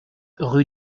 rue